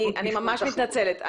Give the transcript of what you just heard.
אני ממש מתנצלת.